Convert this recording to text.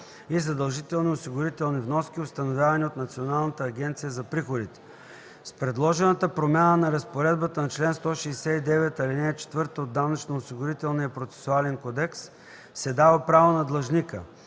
и задължителни осигурителни вноски, установявани от Националната агенция за приходите. С предложената промяна на разпоредбата на чл. 169, ал. 4 от Данъчно-осигурителния процесуален кодекс се дава право на длъжника